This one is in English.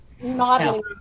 Modeling